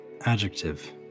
adjective